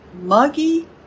muggy